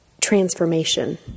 transformation